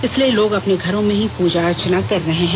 इसलिए लोग घरों में ही पूजा अर्चना कर रहे हैं